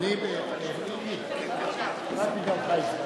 אני נותן לך דקות,